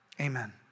amen